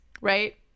right